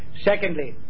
Secondly